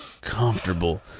comfortable